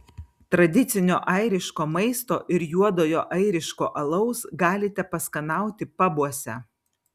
tradicinio airiško maisto ir juodojo airiško alaus galite paskanauti pabuose